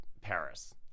Paris